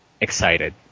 excited